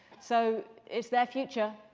so it's their future.